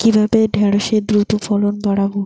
কিভাবে ঢেঁড়সের দ্রুত ফলন বাড়াব?